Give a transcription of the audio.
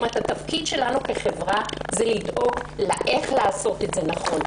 כלומר התפקיד שלנו כחברה הוא לדאוג איך לעשות את זה נכון,